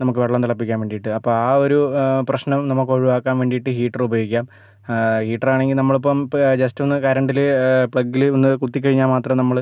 നമുക്ക് വെള്ളം തിളപ്പിക്കാൻ വേണ്ടിയിട്ട് അപ്പം ആ ഒരു പ്രശ്നം നമുക്ക് ഒഴിവാക്കാൻ വേണ്ടിയിട്ട് ഹീറ്ററുപയോഗിക്കാം ഹീറ്ററാണെങ്കിൽ നമ്മളിപ്പം ഇപ്പം ജസ്റ്റ് ഒന്ന് കറണ്ടിൽ പ്ലഗിൽ ഒന്ന് കുത്തിക്കഴിഞ്ഞാൽ മാത്രമേ നമ്മൾ